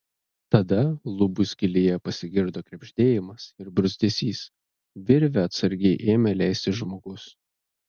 tada lubų skylėje pasigirdo krebždėjimas ir bruzdesys virve atsargiai ėmė leistis žmogus